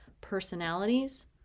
personalities